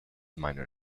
minor